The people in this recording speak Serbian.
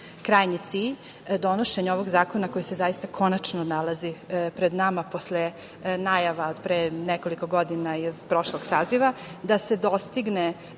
cilj donošenja ovog zakona koji se zaista konačno nalazi pred nama posle najava od pre nekoliko godina i od prošlog saziva je da se dostigne